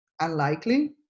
Unlikely